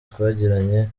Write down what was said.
twagiranye